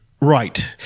Right